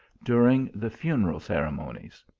during the funeral ceremonies.